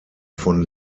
von